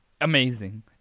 amazing